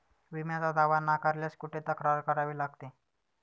विम्याचा दावा नाकारल्यास कुठे तक्रार करावी लागते?